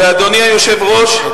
ואדוני היושב-ראש,